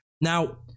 now